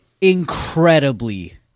incredibly